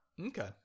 okay